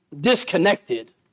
disconnected